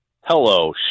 Hello